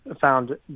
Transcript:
found